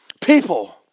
People